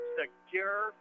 secure